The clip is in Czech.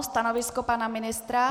Stanovisko pana ministra?